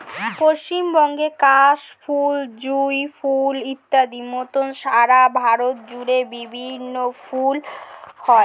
পশ্চিমবঙ্গের কাশ ফুল, জুঁই ফুল ইত্যাদির মত সারা ভারত জুড়ে বিভিন্ন ফুল হয়